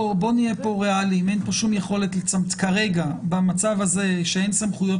בואו נהיה ריאליים: כרגע במצב הזה שאין סמכויות